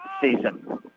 season